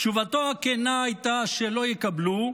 תשובתו הכנה הייתה שלא יקבלו,